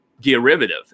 Derivative